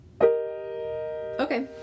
Okay